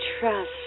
trust